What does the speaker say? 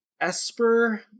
Esper